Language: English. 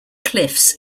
cliffs